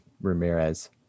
Ramirez